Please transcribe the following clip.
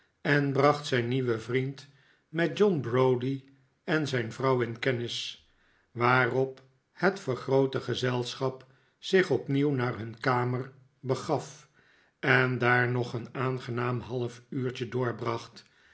en bracht zijn nieuwen vriend met john browdie en zijn vrouw in kennis waarop het vergroote gezelschap zich opnieuw naar hun kamer begaf en daar nog een aangenaam half uurtje doorbracht